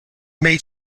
made